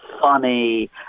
funny